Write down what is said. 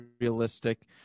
realistic